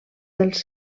dels